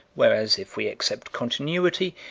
whereas, if we accept continuity,